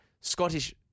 Scottish